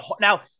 now